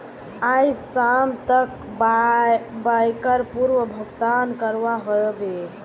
आइज शाम तक बाइकर पूर्ण भुक्तान करवा ह बे